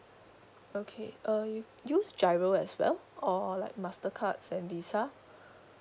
okay err you use GIRO as well or like Mastercards and Visa